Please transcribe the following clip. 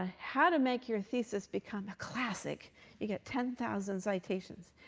ah how to make your thesis become a classic you get ten thousand citations.